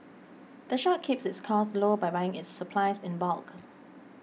the shop keeps its costs low by buying its supplies in bulk